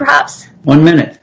perhaps one minute